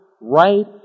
right